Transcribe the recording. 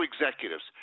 executives